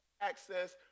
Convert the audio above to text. access